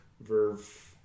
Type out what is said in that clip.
Verve